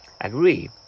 Agree